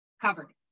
covered